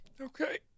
Okay